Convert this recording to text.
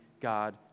God